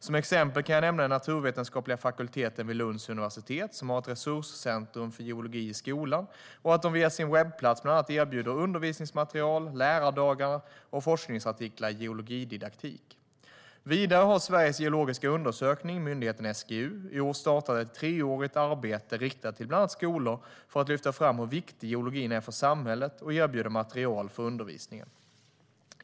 Som exempel kan jag nämna den naturvetenskapliga fakulteten vid Lunds universitet som har ett resurscentrum för geologi i skolan och att de via sin webbplats bland annat erbjuder undervisningsmaterial, lärardagar och forskningsartiklar i geologididaktik. Vidare har Sveriges geologiska undersökning, myndigheten SGU, i år startat ett treårigt arbete riktat till bland annat skolor för att lyfta fram hur viktig geologin är för samhället och erbjuda material för undervisningen.